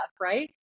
right